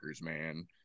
man